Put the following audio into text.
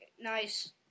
nice